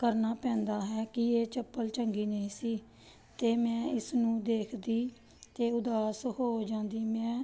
ਕਰਨਾ ਪੈਂਦਾ ਹੈ ਕਿ ਇਹ ਚੱਪਲ ਚੰਗੀ ਨਹੀਂ ਸੀ ਅਤੇ ਮੈਂ ਇਸ ਨੂੰ ਦੇਖਦੀ ਅਤੇ ਉਦਾਸ ਹੋ ਜਾਂਦੀ ਮੈਂ